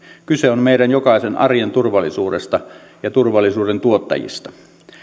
kyse on meidän jokaisen arjen turvallisuudesta ja turvallisuuden tuottajista